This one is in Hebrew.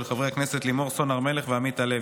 של חברי הכנסת לימור סון הר מלך ועמית הלוי,